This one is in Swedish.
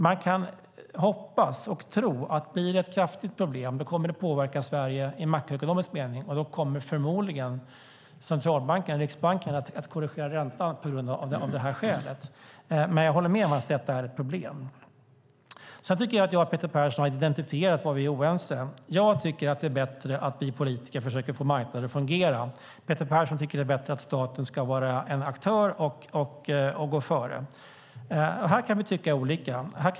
Man kan hoppas och tro att om det blir ett kraftigt problem så kommer det att påverka Sverige i makroekonomisk mening, och då kommer förmodligen centralbanken, Riksbanken, att korrigera räntan av detta skäl. Jag håller dock med om att detta är ett problem. Sedan tycker jag att jag och Peter Persson har identifierat var vi är oense. Jag tycker att det är bättre att vi politiker försöker få marknaden att fungera. Peter Persson tycker att det är bättre att staten ska vara en aktör och gå före. Här kan vi tycka olika.